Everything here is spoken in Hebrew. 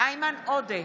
איימן עודה,